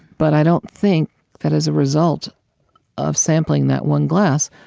but i don't think that as a result of sampling that one glass,